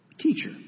Teacher